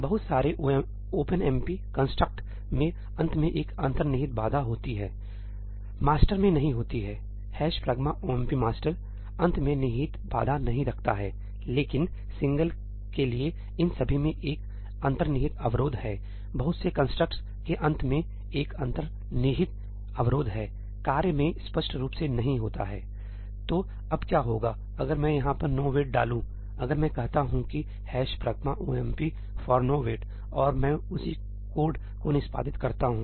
बहुत सारे OpenMP construct में अंत में एक अंतर्निहित बाधा होती है 'मास्टर में नहीं होती है 'hash pragma omp master' अंत में निहित बाधा नहीं रखता है लेकिन single' के लिए इन सभी में एक अंतर्निहित अवरोध है बहुत से कंस्ट्रक्ट के अंत में एक अंतर्निहित अवरोध है कार्य मे स्पष्ट रूप से नहीं होता है तो अब क्या होगा अगर मैं यहाँ पर 'नोवेट' 'nowait' डालूं अगर मैं कहता हूं कि 'hash pragma omp for nowait'और मैं उसी कोड को निष्पादित करता हूं